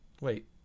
Wait